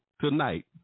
tonight